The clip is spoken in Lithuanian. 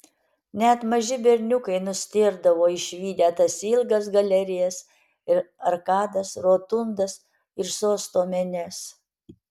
net maži berniukai nustėrdavo išvydę tas ilgas galerijas ir arkadas rotundas ir sosto menes